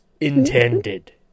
intended